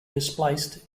displaced